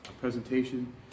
presentation